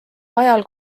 ajal